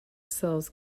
cells